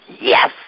Yes